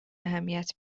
اهمیت